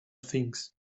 things